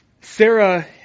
Sarah